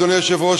אדוני היושב-ראש,